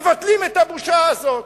מבטלים את הבושה הזאת,